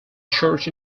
church